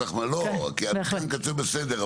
לא, כי מתקן קצה בסדר.